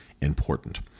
important